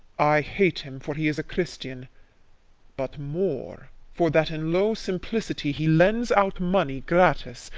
i hate him for he is a christian but more for that in low simplicity he lends out money gratis,